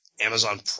Amazon